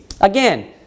Again